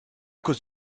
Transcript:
cause